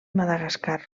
madagascar